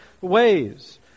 ways